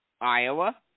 Iowa